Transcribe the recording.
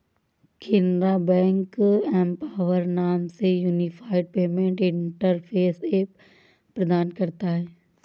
Canara bank empower नाम से unified payment interface app प्रदान करता हैं